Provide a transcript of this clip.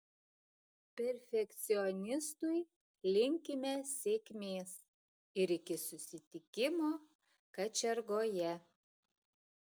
perfekcionistui linkime sėkmės ir iki susitikimo kačiargoje